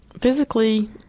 Physically